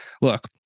look